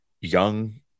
young